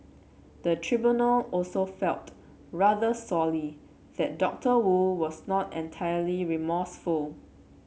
the tribunal also felt rather sorely that Doctor Wu was not entirely remorseful